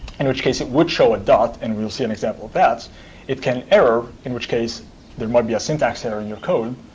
in which case it would show a dot. and we'll see an example of it can error, in which case there might be a syntax error in your code.